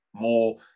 more